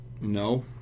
No